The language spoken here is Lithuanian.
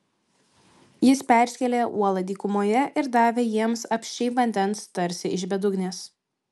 jis perskėlė uolą dykumoje ir davė jiems apsčiai vandens tarsi iš bedugnės